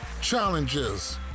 Challenges